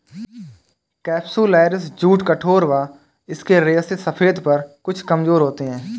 capsularis jute कठोर व इसके रेशे सफेद पर कुछ कमजोर होते हैं